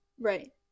Right